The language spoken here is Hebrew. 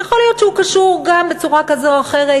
יכול להיות שהוא קשור גם בצורה כזו או אחרת